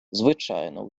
звичайно